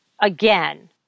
again